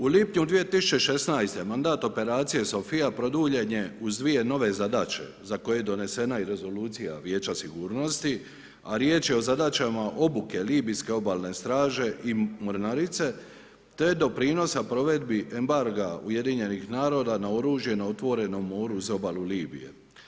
U lipnju 2016.g. mandat operacije SOPHIA produljen je uz dvije nove zadaće za koje je donesena i rezolucija Vijeća sigurnosti, a riječ je o zadaćama obuke libijske obalne straže i mornarice, te doprinosa provedbi embarga UN-a na oružje na otvorenom moru uz obalu Libije.